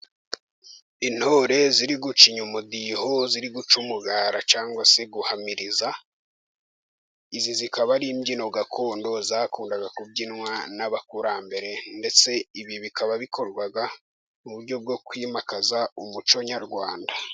Intore ziri gucinya umudiho, ziri guca umugara cyangwa se guhamiriza, izi zikaba ari imbyino gakondo zakundaga kubyinwa n'abakurambere ,ndetse ibi bikaba bikorwa mu buryo bwo kwimakaza umuco nyarwanda.